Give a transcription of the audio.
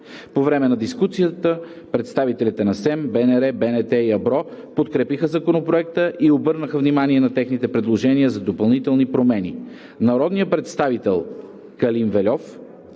По време на дискусията представителите на СЕМ, БНР, БНТ и АБРО подкрепиха Законопроекта и обърнаха внимание на техните предложения за допълнителни промени. Народният представител Калин Вельов